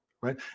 right